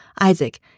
Isaac